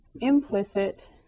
implicit